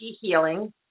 healing